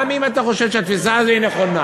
גם אם אתה חושב שהתפיסה הזו היא נכונה,